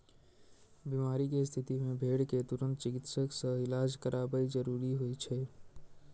बीमारी के स्थिति मे भेड़ कें तुरंत चिकित्सक सं इलाज करायब जरूरी होइ छै